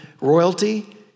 royalty